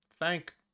Thank